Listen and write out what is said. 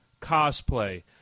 cosplay